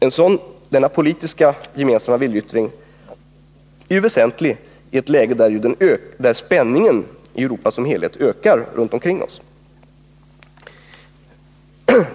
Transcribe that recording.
En sådan gemensam politisk viljeyttring är väsentlig i ett läge där spänningen i Europa som helhet ökar.